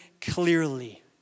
clearly